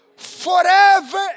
Forever